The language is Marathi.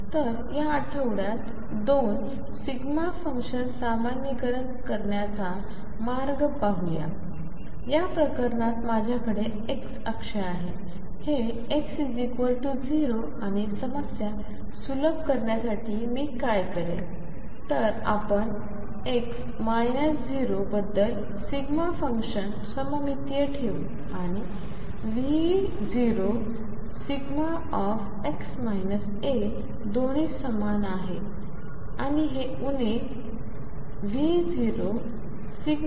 तर या आठवड्यात 2 δ फंक्शन्स सामान्यीकरण करण्याचा मार्ग पाहू या प्रकरणात माझ्याकडे x अक्ष आहे हे x 0 आणि समस्या सुलभ करण्यासाठी मी काय करेन तरआपण x 0 बद्दल δ फंक्शन सममितीय ठेवू आणि V0 दोन्ही समान आहेत आणि हे उणे V0xa